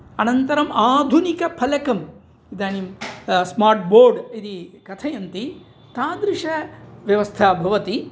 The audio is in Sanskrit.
आनन्तरं आधुनिकफलकम् इदानिं स्मार्ट् बोर्ड् इति कथयन्ति तादृशव्यवस्था भवति